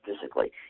physically